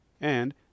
And